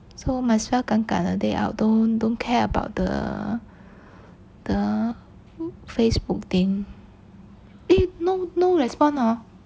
so might as well 敢敢的 day out don't don't care about the the facebook thing eh no no respond hor